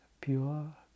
pure